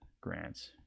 grants